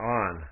on